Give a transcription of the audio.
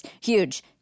huge